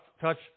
touch